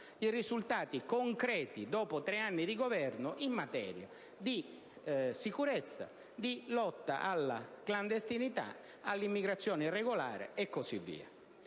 i risultati concreti conseguiti in materia di sicurezza, di lotta alla clandestinità, all'immigrazione irregolare, e così via,